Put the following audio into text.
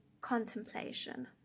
contemplation